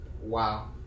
wow